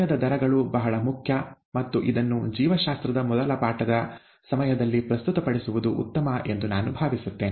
ಸಮಯದ ದರಗಳು ಬಹಳ ಮುಖ್ಯ ಮತ್ತು ಇದನ್ನು ಜೀವಶಾಸ್ತ್ರದ ಮೊದಲ ಪಾಠದ ಸಮಯದಲ್ಲಿ ಪ್ರಸ್ತುತಪಡಿಸುವುದು ಉತ್ತಮ ಎಂದು ನಾನು ಭಾವಿಸುತ್ತೇನೆ